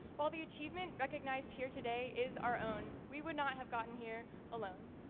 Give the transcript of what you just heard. while the achievement recognized here today is our own, we would not have gotten here alone.